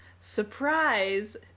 Surprise